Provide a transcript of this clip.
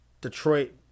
Detroit